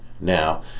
Now